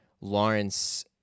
Lawrence